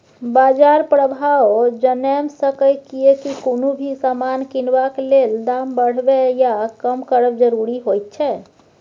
बाजार प्रभाव जनैम सकेए कियेकी कुनु भी समान किनबाक लेल दाम बढ़बे या कम करब जरूरी होइत छै